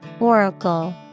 Oracle